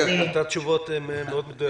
נתת תשובות מאוד מדויקות.